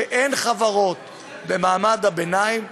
שאין חברות במעמד הביניים,